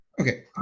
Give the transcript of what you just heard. Okay